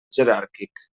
jeràrquic